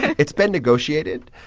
it's been negotiated,